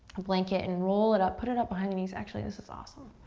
a blanket and roll it up, put it up behind the knees. actually, this is awesome.